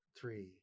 three